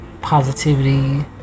positivity